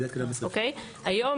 היום,